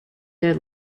their